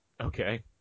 Okay